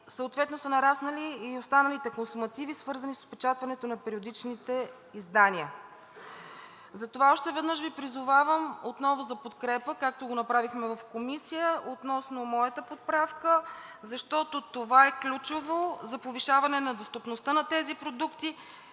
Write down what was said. съответно са нараснали и останалите консумативи, свързани с отпечатването на периодичните издания. Затова още веднъж Ви призовавам за подкрепа, както го направихме в Комисията, относно моята поправка, защото това е ключово за повишаване на достъпността на тези продукти